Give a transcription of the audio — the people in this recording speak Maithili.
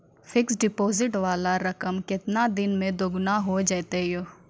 फिक्स्ड डिपोजिट वाला रकम केतना दिन मे दुगूना हो जाएत यो?